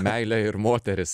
meilę ir moteris